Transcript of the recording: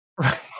Right